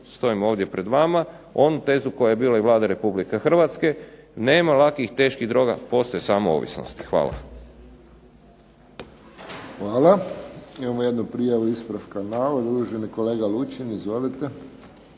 stojim ovdje pred vama, onu tezu koja je bila i Vlade RH nema lakih i teških droga, postoje samo ovisnosti. Hvala. **Friščić, Josip (HSS)** Hvala. Imamo jednu prijavu ispravka navoda, uvaženi kolega Lučin. Izvolite.